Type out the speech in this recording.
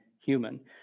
human